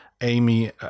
Amy